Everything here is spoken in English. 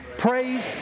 Praise